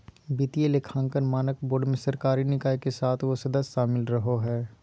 वित्तीय लेखांकन मानक बोर्ड मे सरकारी निकाय के सात गो सदस्य शामिल रहो हय